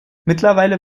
mittlerweile